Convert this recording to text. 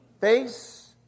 face